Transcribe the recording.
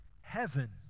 heaven